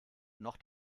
noch